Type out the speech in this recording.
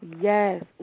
Yes